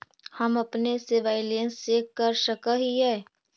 हम अपने से बैलेंस चेक कर सक हिए?